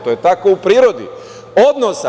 To je tako u prirodi odnosa.